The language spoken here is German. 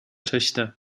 töchter